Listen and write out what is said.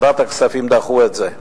ועדת הכספים דחתה את זה,